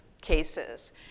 cases